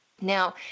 Now